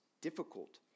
difficult